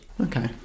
Okay